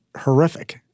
horrific